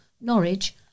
Norwich